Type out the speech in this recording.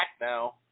now